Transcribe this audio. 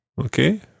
Okay